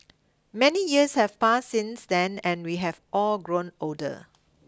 many years have passed since then and we have all grown older